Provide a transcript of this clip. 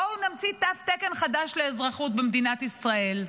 בואו נמציא תו תקן חדש לאזרחות במדינת ישראל.